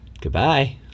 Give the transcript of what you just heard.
goodbye